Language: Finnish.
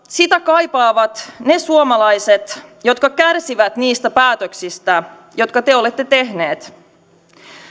sitä kaipaavat ne suomalaiset jotka kärsivät niistä päätöksistä jotka te olette tehneet